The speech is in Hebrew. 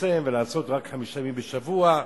לצמצם ולעשות רק חמישה ימים בשבוע,